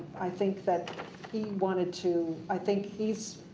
i think that he wanted to. i think he's